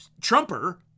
Trumper